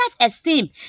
self-esteem